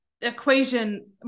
equation